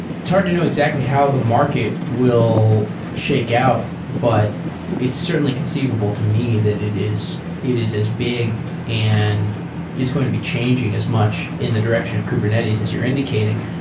hard to know exactly how the market will shake out. but it's certainly conceivable to me that it is it is as big and it's going to be changing as much in the direction of kubernetes as you're indicating.